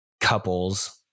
couples